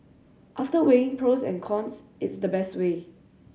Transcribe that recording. after weighing pros and cons it's the best way